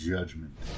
Judgment